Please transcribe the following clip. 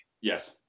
Yes